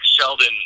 Sheldon